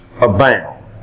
abound